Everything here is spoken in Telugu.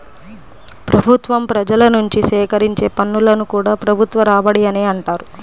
ప్రభుత్వం ప్రజల నుంచి సేకరించే పన్నులను కూడా ప్రభుత్వ రాబడి అనే అంటారు